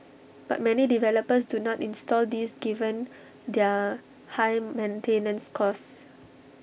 but many developers do not install these given their high maintenance costs